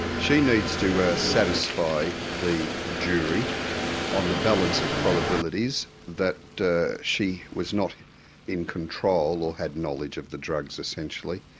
she needs to ah satisfy the jury on the balance of probabilities that she was not in control, or had knowledge of the drugs, essentially,